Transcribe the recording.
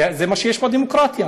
זה מה שיש בדמוקרטיה.